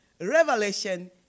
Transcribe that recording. revelation